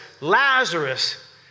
Lazarus